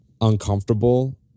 uncomfortable